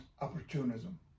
opportunism